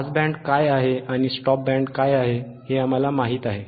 pass band काय आहे आणि स्टॉप बँड काय आहे हे आम्हाला माहित आहे